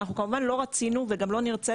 אנחנו כמובן לא רצינו וגם לא נרצה